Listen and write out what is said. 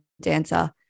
dancer